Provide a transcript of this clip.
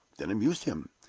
then amused him,